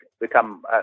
become